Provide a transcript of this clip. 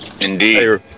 indeed